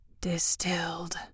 Distilled